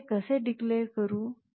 मी ते कसे declare करू